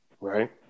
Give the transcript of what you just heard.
Right